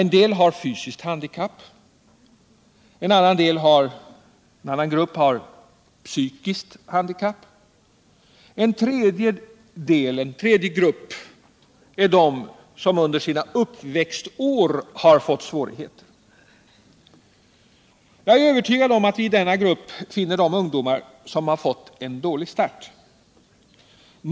En del har fysiskt handikapp, en annan grupp har psykiskt handikapp och en tredje grupp är de som fått svårigheter under sina uppväxtår. Jag är övertygad om att vi i denna grupp finner de ungdomar som fått en dålig start.